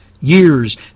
years